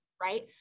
right